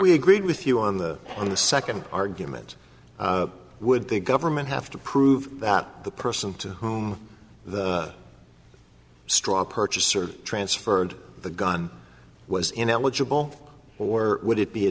we agreed with you on the on the second argument would the government have to prove that the person to whom the straw purchaser transferred the gun was ineligible or would it be a